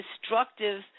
destructive